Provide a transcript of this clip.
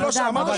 או לא שמעת מהם?